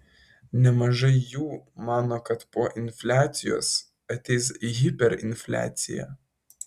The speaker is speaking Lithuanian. nemažai jų mano kad po infliacijos ateis hiperinfliacija